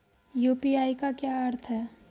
UPI का क्या अर्थ है?